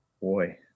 boy